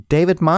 David